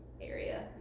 area